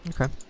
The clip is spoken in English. okay